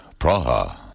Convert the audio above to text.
Praha